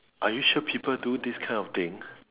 are you sure people do this kind of things